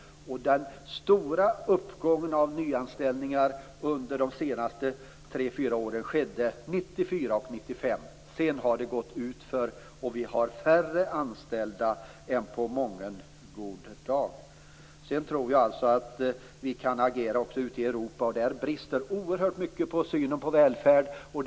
Den stora uppgången för nyanställningar under de senaste tre fyra åren skedde 1994 och 1995. Sedan har det gått utför. Vi har nu färre anställda än på mången god dag. Jag tror att vi kan agera också ute i Europa. Där brister det oerhört mycket när det gäller synen på välfärden.